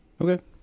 Okay